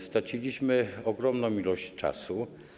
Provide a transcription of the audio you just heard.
Straciliśmy ogromną ilość czasu.